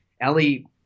Ellie